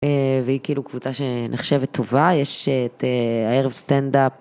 והיא כאילו קבוצה שנחשבת טובה, יש את הערב סטנדאפ.